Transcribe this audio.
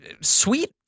sweet